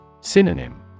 Synonym